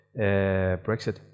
Brexit